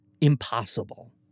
impossible